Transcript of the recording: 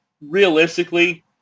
realistically